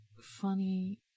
funny